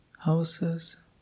houses